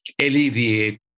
alleviate